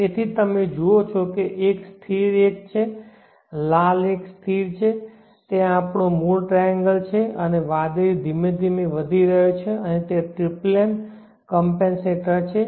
તેથી તમે જુઓ છો કે એક સ્થિર 1 છે લાલ એક સ્થિર છે તે આપણો મૂળ ટ્રાયેન્ગલ છે અને વાદળી ધીમે ધીમે વધી રહ્યો છે અને તે ટ્રિપ્લેન કમપેનસેટર છે